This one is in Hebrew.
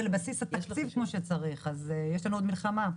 לבסיס התקציב כפי שצריך אז יש לנו עוד מלחמה.